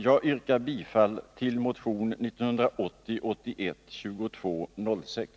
Jag yrkar bifall till motion 1980/81:2206.